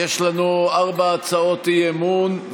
יש לנו ארבע הצעות אי-אמון,